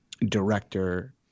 director